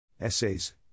Essays